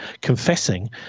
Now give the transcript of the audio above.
confessing